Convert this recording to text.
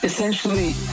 Essentially